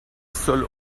seul